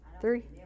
Three